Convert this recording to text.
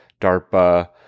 darpa